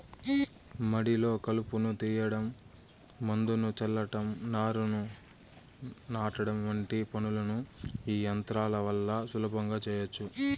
మడిలో కలుపును తీయడం, మందును చల్లటం, నారును నాటడం వంటి పనులను ఈ యంత్రాల వల్ల సులభంగా చేయచ్చు